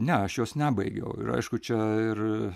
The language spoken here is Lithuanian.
ne aš jos nebaigiau ir aišku čia ir